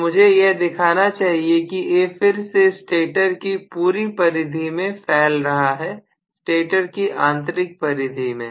तो मुझे यह दिखाना चाहिए कि A फिर से स्टेटर की पूरी परिधि में फैल रहा है स्टेटर की आंतरिक परिधि में